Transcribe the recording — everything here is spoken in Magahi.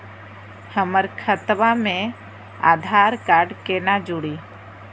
हमर खतवा मे आधार कार्ड केना जुड़ी?